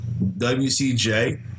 WCJ